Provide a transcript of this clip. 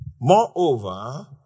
Moreover